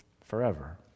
forever